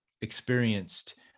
experienced